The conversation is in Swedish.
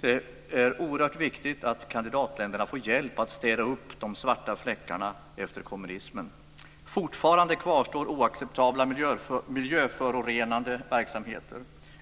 Det är oerhört viktigt att kandidatländerna får hjälp att städa upp de svarta fläckarna efter kommunismen. Fortfarande kvarstår oacceptabla miljöförorenande verksamheter.